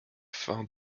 fin